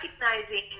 recognizing